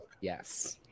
yes